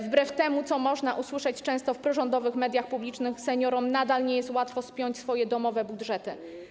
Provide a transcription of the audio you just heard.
Wbrew temu, co można usłyszeć często w prorządowych mediach publicznych, seniorom nadal nie jest łatwo spiąć swoje domowe budżety.